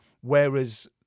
Whereas